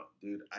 dude